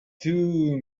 too